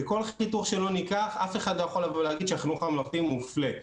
בכל חיתוך שלא ניקח אף אחד לא יכול להגיד שהחינוך הממלכתי מופלה.